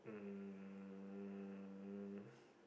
um